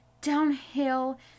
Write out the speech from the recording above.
downhill